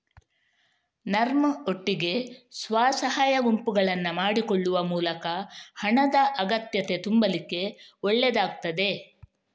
ನರ್ಮ್ ಒಟ್ಟಿಗೆ ಸ್ವ ಸಹಾಯ ಗುಂಪುಗಳನ್ನ ಮಾಡಿಕೊಳ್ಳುವ ಮೂಲಕ ಹಣದ ಅಗತ್ಯತೆ ತುಂಬಲಿಕ್ಕೆ ಒಳ್ಳೇದಾಗ್ತದೆ